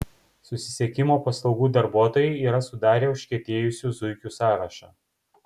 susisiekimo paslaugų darbuotojai yra sudarę užkietėjusių zuikių sąrašą